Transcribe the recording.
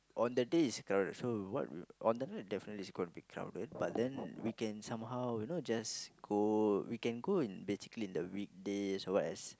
on the day is crowded so what we on the night definitely is going be to crowded but then we can somehow you know just go we can go in basically in the weekdays or what as